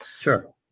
sure